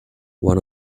one